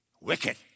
Wicked